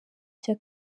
cya